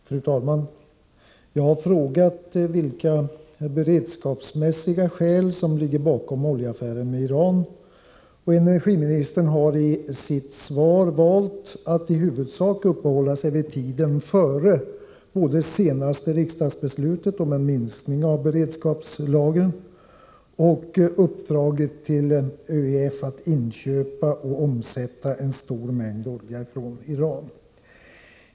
Fru talman! Jag har frågat vilka beredskapsmässiga skäl som ligger bakom oljeaffären med Iran. Energiministern har i sitt svar valt att i huvudsak uppehålla sig vid tiden före både det senaste riksdagsbeslutet om en minskning av beredskapslagren och uppdraget till ÖEF att inköpa och omsätta en stor mängd olja från Iran.